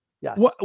Yes